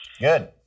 Good